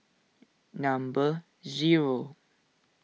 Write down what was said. number zero